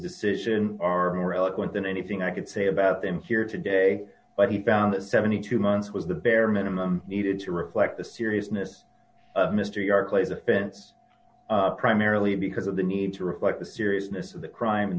decision are more eloquent than anything i could say about them here today but he found that seventy two months was the bare minimum needed to reflect the seriousness of mr yar play defense primarily because of the need to reflect the seriousness of the crime and